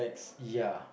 ya